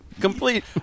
complete